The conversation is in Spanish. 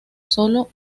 solo